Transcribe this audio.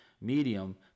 medium